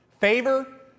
Favor